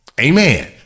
amen